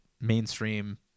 mainstream